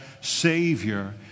Savior